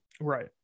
Right